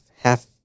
half